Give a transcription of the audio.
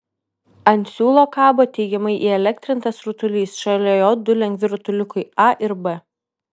ant siūlo kabo teigiamai įelektrintas rutulys šalia jo du lengvi rutuliukai a ir b